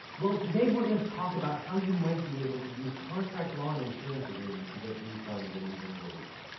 well, today we're gonna talk about how you might be able to use contract law and insurance agreements to get refunds and even relief.